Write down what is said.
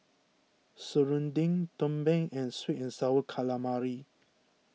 Serunding Tumpeng and Sweet and Sour Calamari